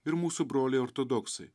ir mūsų broliai ortodoksai